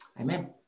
Amen